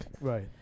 Right